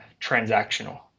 transactional